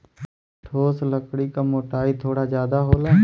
ठोस लकड़ी क मोटाई थोड़ा जादा होला